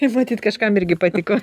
tai matyt kažkam irgi patiko